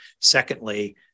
Secondly